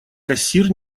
кассир